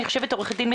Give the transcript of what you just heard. אני חושבת עורכת הדין,